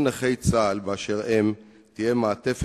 כלב נחייה לעיוור, כמו תותבת לקטוע,